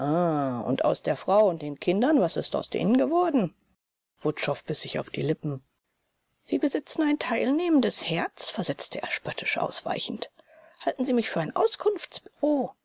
und aus der frau und den kindern was ist aus denen geworden wutschow biß sich auf die lippen sie besitzen ein teilnehmendes herz versetzte er spöttisch ausweichend halten sie mich für ein